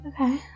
Okay